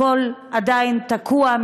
הכול עדיין תקוע,